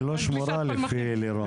היא לא שמורה, לפי לירון.